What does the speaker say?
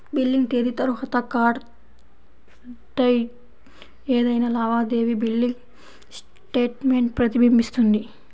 billing తేదీ తర్వాత కార్డ్పై ఏదైనా లావాదేవీ బిల్లింగ్ స్టేట్మెంట్ ప్రతిబింబిస్తుంది